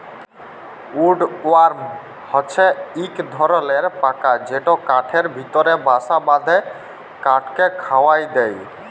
would worm হছে ইক ধরলর পকা যেট কাঠের ভিতরে বাসা বাঁধে কাঠকে খয়ায় দেই